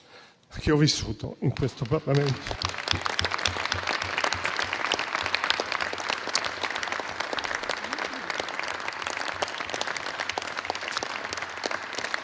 che ho vissuto in Parlamento.